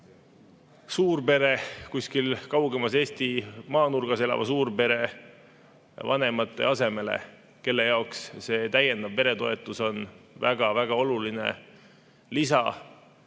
asetada kuskil kaugemas Eestimaa nurgas elava suurpere vanemate asemele, kelle jaoks see täiendav peretoetus on väga‑väga oluline lisa